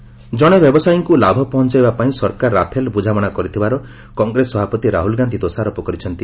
ରାହ୍ନଲ Rafale ଜଣେ ବ୍ୟବସାୟୀଙ୍କୁ ଲାଭ ପହଞ୍ଚାଇବା ପାଇଁ ସରକାର ରାଫେଲ ବୁଝାମଣା କରିଥିବାର କଂଗ୍ରେସ ସଭାପତି ରାହୁଲ ଗାନ୍ଧୀ ଦୋଷାରୋପ କରିଛନ୍ତି